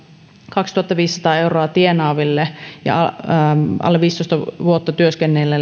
kaksituhattaviisisataa euroa tienaaville ja alle viisitoista vuotta työskenneille